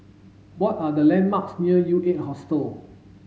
what are the landmarks near U eight Hostel